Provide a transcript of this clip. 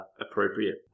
appropriate